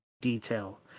detail